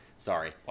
Sorry